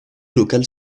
locales